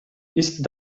ist